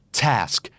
task